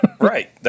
Right